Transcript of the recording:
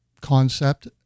concept